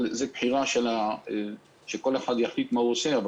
אבל זאת בחירה של כל אחד שיחליט מה הוא עושה.